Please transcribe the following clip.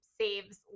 saves